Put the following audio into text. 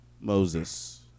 Moses